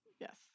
Yes